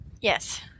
Yes